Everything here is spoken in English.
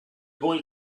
boy